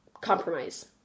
compromise